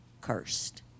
cursed